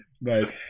Nice